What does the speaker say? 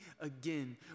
again